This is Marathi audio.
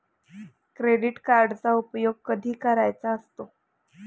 क्रेडिट कार्डचा उपयोग कधी करायचा असतो?